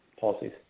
policies